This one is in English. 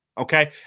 okay